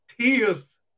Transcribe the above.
tears